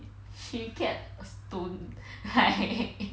she get a stone lik~